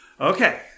okay